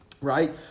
right